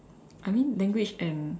I mean language and